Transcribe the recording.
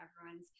everyone's